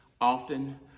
often